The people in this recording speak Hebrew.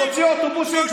להוציא אוטובוסים,